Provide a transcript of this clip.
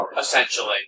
essentially